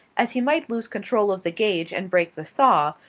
as he might lose control of the gauge and break the saw,